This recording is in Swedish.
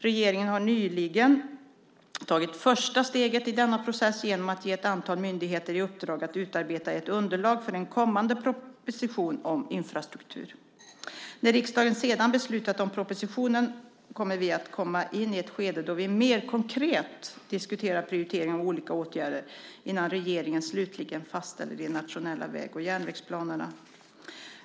Regeringen har nyligen tagit första steget i denna process genom att ge ett antal myndigheter i uppdrag att utarbeta ett underlag för en kommande proposition om infrastruktur. När riksdagen sedan beslutat om propositionen kommer vi att komma in i ett skede då vi mer konkret diskuterar prioritering av olika åtgärder, innan regeringen slutligen fastställer de nationella väg och järnvägsplanerna.